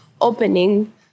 opening